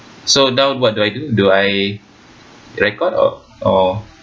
so now what do I do I record or or